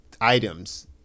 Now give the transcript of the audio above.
items